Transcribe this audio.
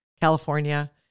California